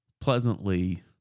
pleasantly